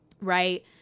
right